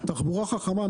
תחבורה חכמה,